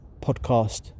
podcast